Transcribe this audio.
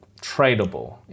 tradable